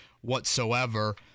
whatsoever